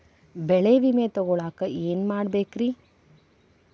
ಬೆಳೆ ವಿಮೆ ತಗೊಳಾಕ ಏನ್ ಮಾಡಬೇಕ್ರೇ?